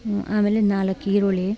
ಹ್ಞೂ ಆಮೇಲೆ ನಾಲ್ಕು ಈರುಳ್ಳಿ